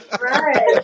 Right